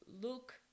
look